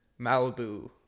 Malibu